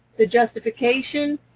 the justification,